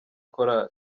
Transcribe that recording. korali